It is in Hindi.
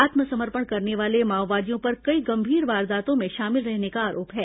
आत्मसमर्पण करने वाले माओवादियों पर कई गंभीर वारदातों में शामिल रहने का आरोप है